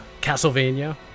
castlevania